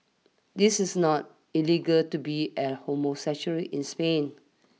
this is not illegal to be a homosexual in Spain